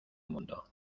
mundo